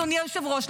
אדוני היושב-ראש,